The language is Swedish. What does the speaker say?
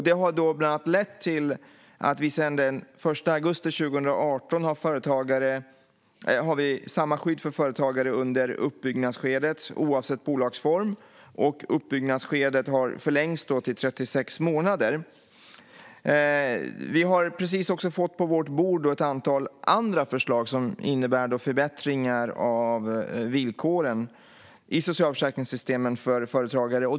Det har bland annat lett till att vi sedan den 1 augusti 2018 har samma skydd för företagare under uppbyggnadsskedet oavsett bolagsform. Uppbyggnadsskedet har också förlängts till 36 månader. Vi har precis också fått på vårt bord ett antal andra förslag som innebär förbättringar av villkoren i socialförsäkringssystemen för företagare.